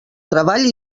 treball